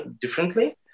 differently